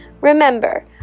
Remember